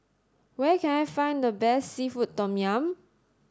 where can I find the best seafood tom yum